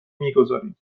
میگذاریم